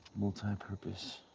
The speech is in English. multi-purpose.